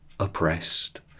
oppressed